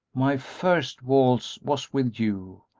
my first waltz was with you,